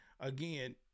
Again